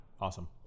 Awesome